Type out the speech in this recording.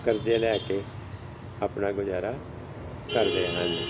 ਕਰਜ਼ੇ ਲੈ ਕੇ ਆਪਣਾ ਗੁਜ਼ਾਰਾ ਕਰਦੇ ਹਨ